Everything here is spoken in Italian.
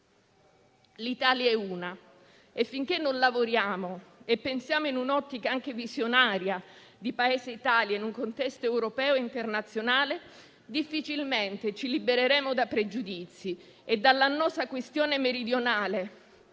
L'Italia è una e, finché non lavoriamo e pensiamo in un'ottica anche visionaria di Paese-Italia in un contesto europeo e internazionale, difficilmente ci libereremo da pregiudizi e dall'annosa questione meridionale,